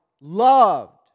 loved